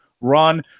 run